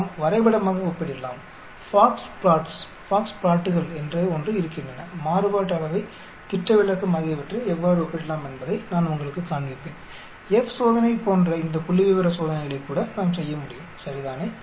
நாம் வரைபடமாக ஒப்பிடலாம் பாக்ஸ் ப்ளாட்டுகள் என்று ஒன்று இருக்கின்றன மாறுபாட்டு அளவை திட்ட விலக்கம் ஆகியவற்றை எவ்வாறு ஒப்பிடலாம் என்பதை நான் உங்களுக்குக் காண்பிப்பேன் F சோதனை போன்ற இந்த புள்ளிவிவர சோதனைகளை கூட நாம் செய்ய முடியும் சரிதானே